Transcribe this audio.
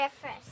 first